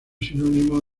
sinónimo